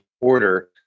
order